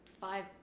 five